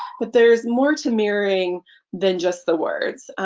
but there's more to mirroring than just the words.